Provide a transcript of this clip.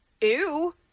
Ew